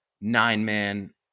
nine-man